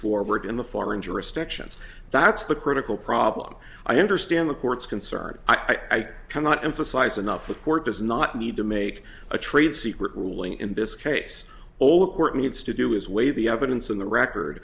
in the foreign jurisdictions that's the critical problem i understand the court's concern i cannot emphasize enough the court does not need to make a trade secret ruling in this case all the court needs to do is weigh the evidence in the record